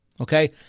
Okay